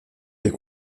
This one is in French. est